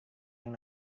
yang